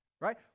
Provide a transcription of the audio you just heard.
Right